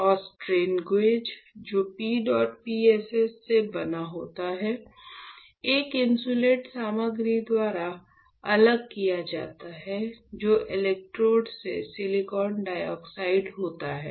और strain gauge जो PEDOT PSS से बना होता है एक इन्सुलेट सामग्री द्वारा अलग किया जाता है जो इलेक्ट्रोड से सिलिकॉन डाइऑक्साइड होता है